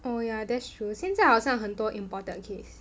oh yeah that's true 现在好像很多 imported case